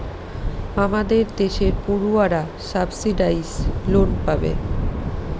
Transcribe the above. আমাদের দেশের পড়ুয়ারা সাবসিডাইস লোন পাবে